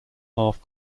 half